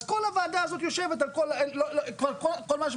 כל מה שנאמר בוועדה הזאת כבר לא רלוונטי.